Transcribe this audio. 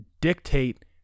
dictate